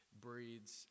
breeds